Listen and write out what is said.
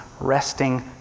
resting